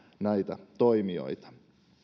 näitä toimijoita